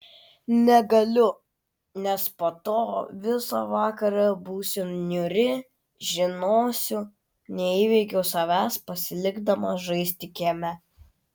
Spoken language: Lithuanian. negaliu nes po to visą vakarą būsiu niūri žinosiu neįveikiau savęs pasilikdama žaisti kieme